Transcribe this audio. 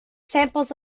samples